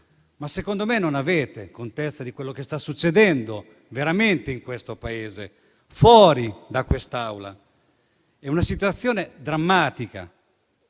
Secondo me, però, non avete contezza di quello che sta succedendo veramente in questo Paese, fuori da quest'Aula. La situazione è drammatica: